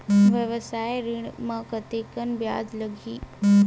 व्यवसाय ऋण म कतेकन ब्याज लगही?